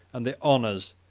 and the honors,